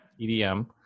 EDM